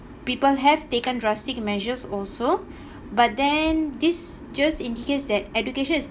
people have taken drastic measures also but then this just indicates that education is